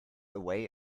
away